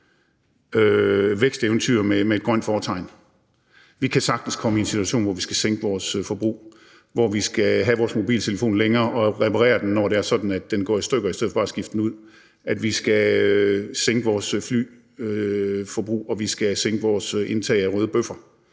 væksteventyr med et grønt fortegn. Vi kan sagtens komme i en situation, hvor vi skal sænke vores forbrug, hvor vi skal have vores mobiltelefon længere og reparere den, når den går i stykker, i stedet for bare at skifte den ud, at vi skal sænke vores flyforbrug, og at vi skal sænke vores indtag af røde bøffer.